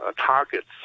targets